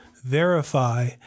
verify